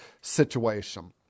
situation